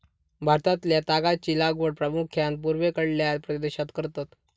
भारतातल्या तागाची लागवड प्रामुख्यान पूर्वेकडल्या प्रदेशात करतत